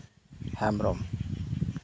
Hembrom